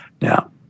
Now